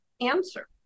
answer